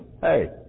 hey